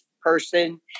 person